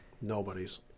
Nobody's